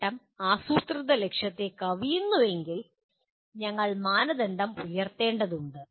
നേട്ടം ആസൂത്രിത ലക്ഷ്യത്തെ കവിയുന്നുവെങ്കിൽ ഞങ്ങൾ മാനദണ്ഡം ഉയർത്തേണ്ടതുണ്ട്